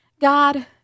God